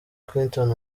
clinton